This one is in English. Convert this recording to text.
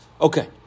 Okay